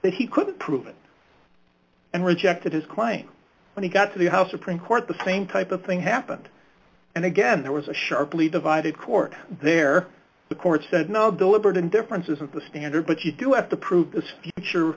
that he couldn't prove it and rejected his claim when he got to the house supreme court the same type of thing happened and again there was a sharply divided court there the court said no deliberate indifference isn't the standard but you do have to prove it's sure